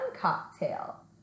Cocktail